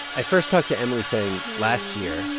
i first talked to emily feng last year